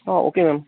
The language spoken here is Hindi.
हाँ ओके मैम